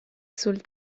sul